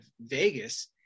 Vegas